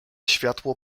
światło